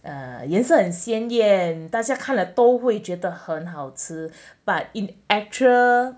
orh 颜色很鲜艳大家看了都会觉得很好吃 but in actual